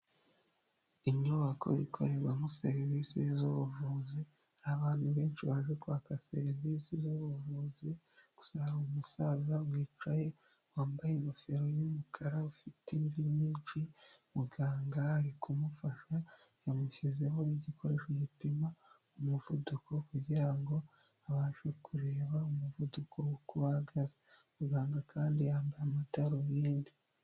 Inyubako ikorerwamo serivisi z'ubuvuzi hari abantu benshi baje guhaka serivisi z'ubuvuzi gusa hari umusaza wicaye wambaye wambaye ingofero y'umukara ufite imvi nyinshi, muganga ari kumufasha yamushyizeho igikoresho gipima umuvuduko kugirango abashe kureba umuvuduko uko uhagaze muganga kandi yambaye amadarubindi.